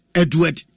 edward